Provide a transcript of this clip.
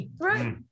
right